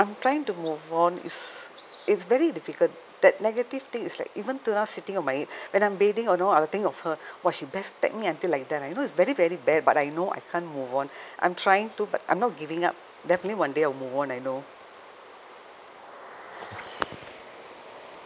I'm trying to move on it's it's very difficult that negative thing is like even till now sitting on my head when I'm bathing and all I will think of her !wah! she backstab me until like that you know it's very very bad but I know I can't move on I'm trying to but I'm not giving up definitely one day I'll move on I know